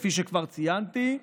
כפי שכבר ציינתי,